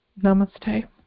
Namaste